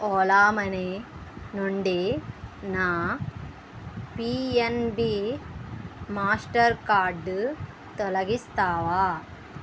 Ola money నుండి నా PNB master card తొలగిస్తావా